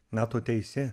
na tu teisi